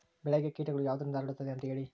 ಬೆಳೆಗೆ ಕೇಟಗಳು ಯಾವುದರಿಂದ ಹರಡುತ್ತದೆ ಅಂತಾ ಹೇಳಿ?